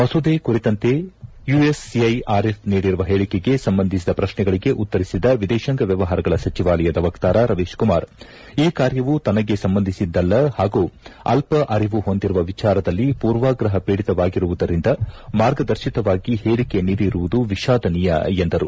ಮಸೂದೆ ಕುರಿತಂತೆ ಯುಎಸ್ಸಿಐಆರ್ಎಫ್ ನೀಡಿರುವ ಹೇಳಿಕೆಗೆ ಸಂಬಂಧಿಸಿದ ಪ್ರಶ್ನೆಗಳಿಗೆ ಉತ್ತರಿಸಿದ ವಿದೇಶಾಂಗ ವ್ವವಹಾರಗಳ ಸಚಿವಾಲಯ ವಕ್ತಾರ ರವೀಶ್ ಕುಮಾರ್ ಈ ಕಾರ್ಯವು ತನಗೆ ಸಂಬಂಧಿಸಿಲ್ಲದ ಹಾಗೂ ಅಲ್ಪ ಅರಿವು ಹೊಂದಿರುವ ವಿಚಾರದಲ್ಲಿ ಮೂರ್ವಾಗ್ರಹ ಪೀಡಿತವಾಗಿರುವವರಿಂದ ಮಾರ್ಗದರ್ಶಿತವಾಗಿ ಹೇಳಿಕೆ ನೀಡಿರುವುದು ವಿಷಾದನೀಯ ಎಂದರು